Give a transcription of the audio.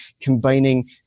combining